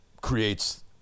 creates